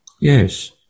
Yes